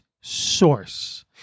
source